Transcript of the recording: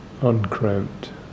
uncramped